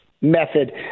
method